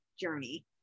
journey